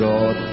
God